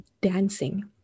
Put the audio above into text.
dancing